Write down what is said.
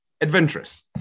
adventurous